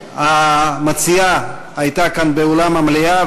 המציעה הייתה כאן באולם המליאה,